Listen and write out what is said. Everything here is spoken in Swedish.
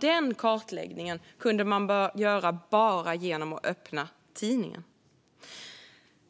Den kartläggningen, fru talman, kunde man göra bara genom att öppna tidningen.